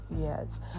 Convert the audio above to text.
yes